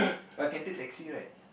but can take taxi right